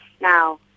Now